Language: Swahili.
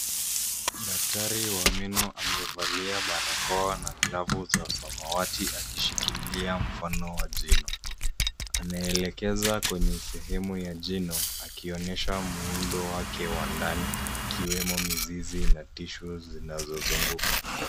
Daktari wa meno amevalia barakoa na glavu za samawati akishikilia mfano wa jino. Anaelekeza kwenye sehemu ya jino, akionyesha muundo wake wa ndani, ikiwemo mizizi na tissues zinazozunguka.